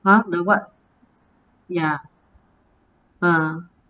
!huh! the what ya ah